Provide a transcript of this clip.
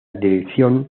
dirección